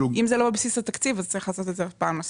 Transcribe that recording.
אם זה לא בבסיס התקציב, צריך לעשות את זה שוב.